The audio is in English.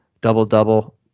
double-double